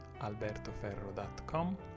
albertoferro.com